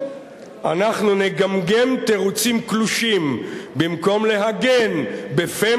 אנחנו נגמגם תירוצים קלושים במקום להגן בפה